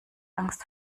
angst